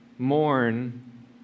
Mourn